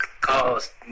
cause